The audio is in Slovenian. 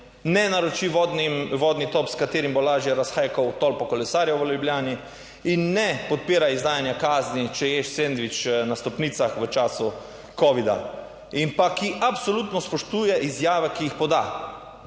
ne naroči vodni top, s katerim bo lažje razhajkal tolpo kolesarjev v Ljubljani in ne podpira izdajanja kazni, če ješ sendvič na stopnicah v času covida, in pa ki absolutno spoštuje izjave, ki jih poda.